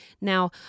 Now